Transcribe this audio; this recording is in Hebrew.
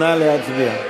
נא להצביע.